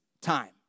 time